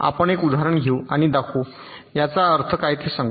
आपण एक उदाहरण घेऊ आणि दाखवू याचा अर्थ काय ते सांगू